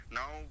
now